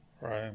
Right